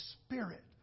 spirit